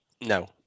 No